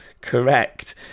correct